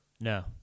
no